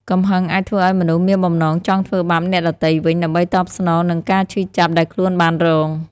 កំហឹងអាចធ្វើឲ្យមនុស្សមានបំណងចង់ធ្វើបាបអ្នកដទៃវិញ ដើម្បីតបស្នងនឹងការឈឺចាប់ដែលខ្លួនបានរង។